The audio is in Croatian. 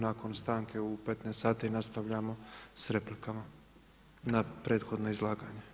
Nakon stanke u 15,00 sati nastavljamo sa replikama na prethodno izlaganje.